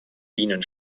bienen